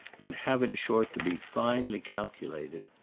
would have in short to be finely calculated.